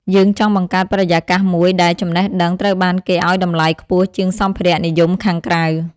យើងចង់បង្កើតបរិយាកាសមួយដែល ចំណេះដឹង ត្រូវបានគេឱ្យតម្លៃខ្ពស់ជាងសម្ភារៈនិយមខាងក្រៅ។